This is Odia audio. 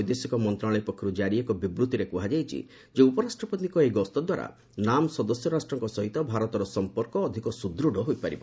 ବୈଦେଶିକ ମନ୍ତ୍ରଣାଳୟ ପକ୍ଷରୁ କାରି ଏକ ବିବୃତ୍ତିରେ କୁହାଯାଇଛି ଯେ ଉପରାଷ୍ଟ୍ରପତିଙ୍କ ଏହି ଗସ୍ତ ଦ୍ୱାରା ନାମ୍ ସଦସ୍ୟ ରାଷ୍ଟ୍ରଙ୍କ ସହିତ ଭାରତର ସମ୍ପର୍କ ଅଧିକ ସୁଦୃତ୍ ହୋଇପାରିବ